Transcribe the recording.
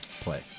play